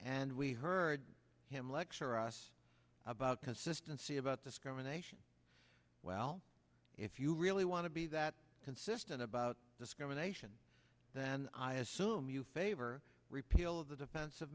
and we heard him lecture us about consistency about discrimination well if you really want to be that consistent about discrimination then i assume you favor repeal of the defens